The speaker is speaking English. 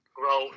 grow